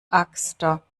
axster